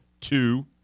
two